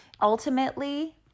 Ultimately